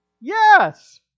Yes